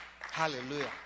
Hallelujah